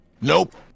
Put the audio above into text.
nope